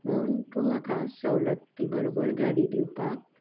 म्हूण तूं म्हाका सवलती बरोबर गाडी दिवपाक